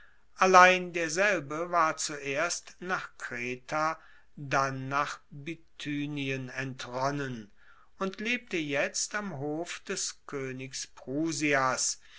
allein derselbe war zuerst nach kreta dann nach bithynien entronnen und lebte jetzt am hof des koenigs